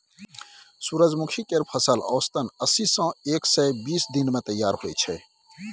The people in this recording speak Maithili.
सूरजमुखी केर फसल औसतन अस्सी सँ एक सय बीस दिन मे तैयार होइ छै